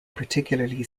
particularly